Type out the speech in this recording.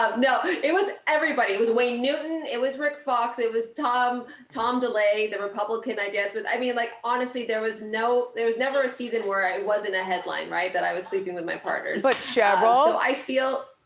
ah no, it it was everybody. it was wayne newton, it was rick fox. it was tom tom delay, the republican i danced with, i mean like honestly there was no, there was never a season where i wasn't a headline, right, that i was sleeping with my partners. like ah so i feel,